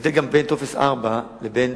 ההבדל בין טופס 4 לבין